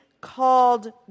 called